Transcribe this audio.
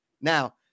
Now